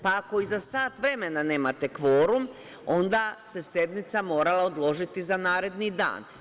Pa, ako i za sat vremena nemate kvorum onda se sednica morala odložiti za naredni dan.